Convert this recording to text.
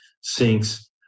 sinks